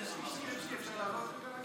אז מה אתה רוצה לעשות, תגיד לי?